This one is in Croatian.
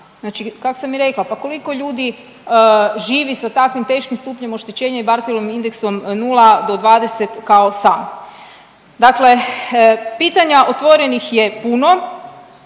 Znači kako sam i rekla pa koliko ljudi živi sa takvim teškim stupnjem oštećenja i Barthelovim indeksom 0 do 20 kao sama. Dakle, pitanja otvorenih je puno